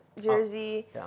jersey